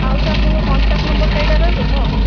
ଆଉ ତ ଆପଣଙ୍କ କଣ୍ଟାକ୍ଟ ନମ୍ବରଟା ଏହିଟା ରହିବ ତ